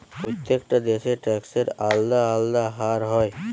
প্রত্যেকটা দেশে ট্যাক্সের আলদা আলদা হার হয়